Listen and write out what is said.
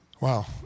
Wow